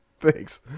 Thanks